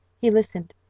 he listened,